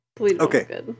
Okay